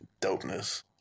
dopeness